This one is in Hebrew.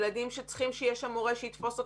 ילדים שצריכים שיהיה שם מורה שיתפוס אותם,